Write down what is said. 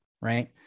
Right